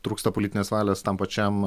trūksta politinės valios tam pačiam